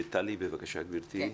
טלי בבקשה גברתי.